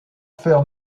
fer